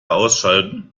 ausschalten